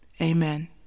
Amen